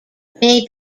may